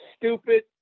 stupid